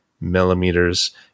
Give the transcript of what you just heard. millimeters